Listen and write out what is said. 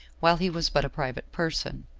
while he was but a private person.